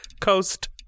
Coast